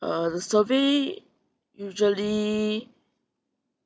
uh the survey usually